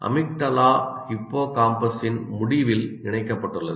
amygdala ஹிப்போகாம்பஸின் முடிவில் இணைக்கப்பட்டுள்ளது